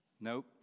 nope